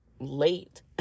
late